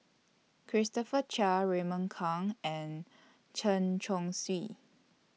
Christopher Chia Raymond Kang and Chen Chong Swee